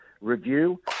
review